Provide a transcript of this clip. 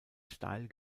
steil